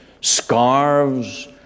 scarves